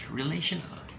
relational